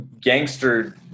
gangster